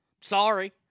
Sorry